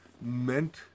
meant